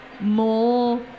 more